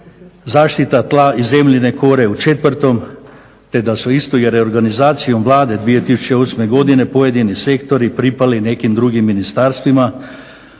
zaštita tla i zemljine kore u četvrtom, te da se isto reorganizacijom Vlade 2008. godine pojedini sektori pripali nekim drugim ministarstvima,